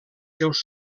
seus